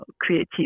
creative